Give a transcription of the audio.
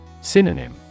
Synonym